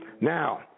Now